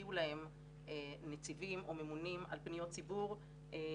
יהיו להם נציבים או ממונים על פניות ציבור שיטפלו